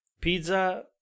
pizza